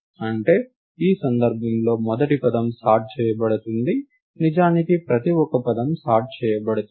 అంటే ఈ సందర్భంలో మొదటి పదం సార్ట్ చేయబడుతుంది నిజానికి ప్రతి ఒక్క పదం సార్ట్ చేయబడుతుంది